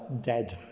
dead